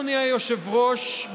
אדוני היושב-ראש,